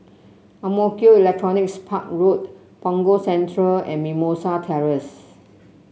Ang Mo Kio Electronics Park Road Punggol Central and Mimosa Terrace